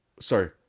Sorry